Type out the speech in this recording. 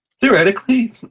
theoretically